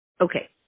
Okay